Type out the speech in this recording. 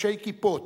חובשי כיפות,